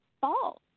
false